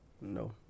No